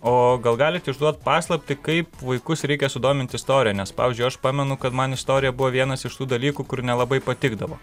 o gal galit išduot paslaptį kaip vaikus reikia sudomint istorija nes pavyzdžiui aš pamenu kad man istorija buvo vienas iš tų dalykų kur nelabai patikdavo